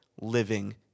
living